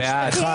נפל.